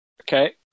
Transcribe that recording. Okay